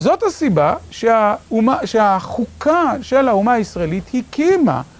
זאת הסיבה שהחוקה של האומה הישראלית הקימה.